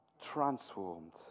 Transformed